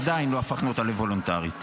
עדיין לא הפכנו אותה לוולונטרית,